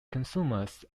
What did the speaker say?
consumers